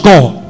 God